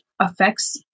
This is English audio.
affects